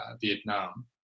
Vietnam